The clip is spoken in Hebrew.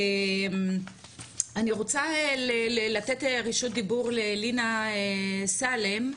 אני רוצה לתת רשות דיבור ללינא סאלם,